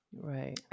Right